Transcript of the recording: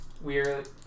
weird